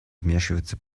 вмешиваться